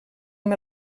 amb